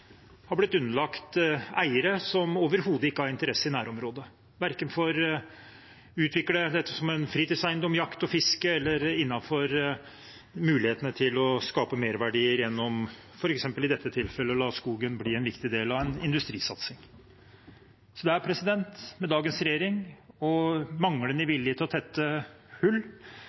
blitt underlagt eiere som overhodet ikke har interesse i nærområdet, verken for å utvikle dem som en fritidseiendom, for jakt og fiske eller innenfor mulighetene til å skape merverdi, som i dette tilfellet f.eks. å la skogen bli en viktig del av en industrisatsing. Med dagens regjerings manglende vilje til å tette hull